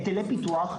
היטלי פיתוח,